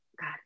god